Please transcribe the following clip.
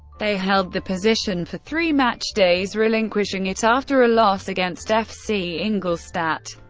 they held the position for three matchdays, relinquishing it after a loss against fc ingolstadt.